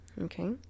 okay